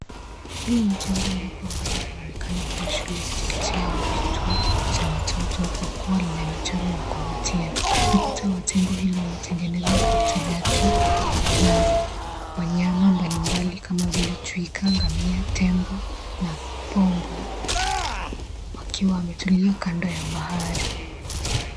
Hili ni jengo ndogo ambalo linaonekana kuwa shule ya chekechea au kituo cha watoto kwa kuwa lina michoro ya kuvutia ukuta wa jengo hili umetengenezwa kwa uchoraji na wanyama mbalimbali kama vile chui, kanga , ngamia, tembo, na pombo wakiwa wametulia kando ya bahari.